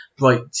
Right